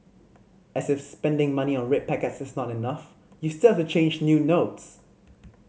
as if spending money on red packets is not enough you still have to change new notes